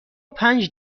پنج